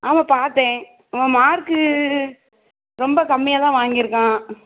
ஆமாம் பார்த்தேன் அவன் மார்க்கு ரொம்ப கம்மியாக தான் வாங்கியிருக்கான்